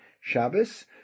Shabbos